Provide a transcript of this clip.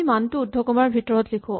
আমি মানটো উদ্ধকমাৰ ভিতৰত লিখো